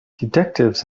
detectives